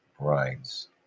brides